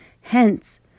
Hence